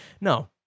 No